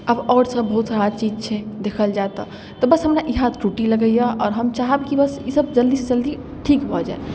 आब आओरसब बहुत सारा चीज छै देखल जाए तऽ बस हमरा इएह त्रुटि लगैए आओर हम चाहब कि बस ईसब जल्दीसँ जल्दी ठीक भऽ जाए